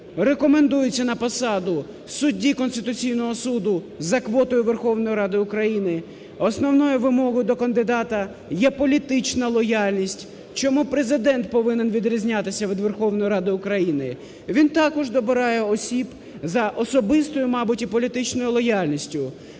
рекомендуються на посаду судді Конституційного Суду за квотою Верховної Ради України основною вимогою до кандидата є політична лояльність. Чому Президент повинен відрізнятися від Верховної Ради України? Він також добирає осіб за особистою, мабуть, і політичною лояльністю.